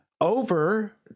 over